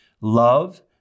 love